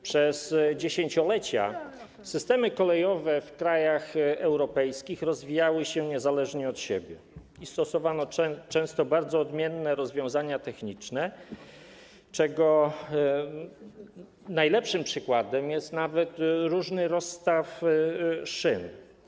Przez dziesięciolecia systemy kolejowe w krajach europejskich rozwijały się niezależnie od siebie i stosowano często bardzo odmienne rozwiązania techniczne, czego najlepszym przykładem jest nawet różny rozstaw szyn.